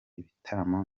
ibitaramo